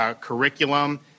curriculum